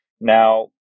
Now